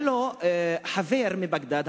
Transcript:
והיה לו חבר בבגדד,